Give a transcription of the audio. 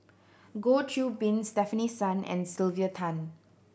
Goh Qiu Bin Stefanie Sun and Sylvia Tan